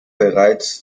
bereits